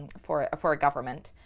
for for a government,